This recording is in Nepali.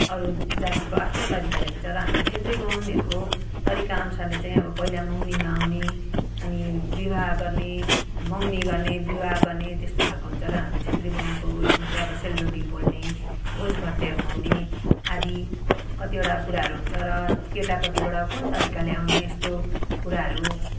अरू जातिको आफ्नो तरिकाले हुन्छ र हाम्रो छेत्री बाहुनहरूको तरिका अनुसारले चाहिँ अब पहिला मगनीमा आउने अनि विवाह गर्ने मगनी गर्ने विवाह गर्ने त्यस्तो खाले हुन्छ र हाम्रो छेत्री बाहुनको उयसमा चाहिँ सेलरोटी पोल्ने भोज भतेर खुवाउने आदि कतिवटा कुराहरू हुन्छ र केटापट्टिबाट कुन तरिकाले आउने यस्तो कुराहरू